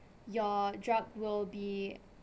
your drug will be